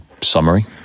summary